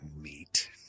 meet